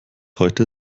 heute